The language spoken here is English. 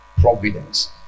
Providence